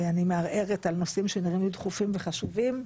שאני מערערת על נושאים שנראים לי דחופים וחשובים,